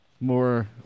more